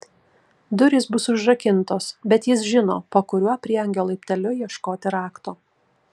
durys bus užrakintos bet jis žino po kuriuo prieangio laipteliu ieškoti rakto